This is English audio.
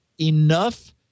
enough